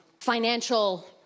financial